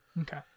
Okay